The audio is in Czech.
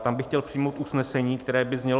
Tam bych chtěl přijmout usnesení, které by znělo: